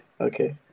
okay